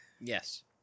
Yes